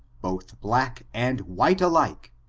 both black and white alike,